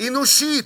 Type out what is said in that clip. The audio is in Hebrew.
אנושית,